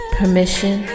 permission